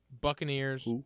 Buccaneers